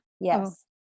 Yes